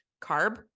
carb